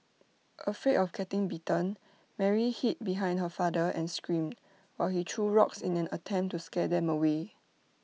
afraid of getting bitten Mary hid behind her father and screamed while he threw rocks in an attempt to scare them away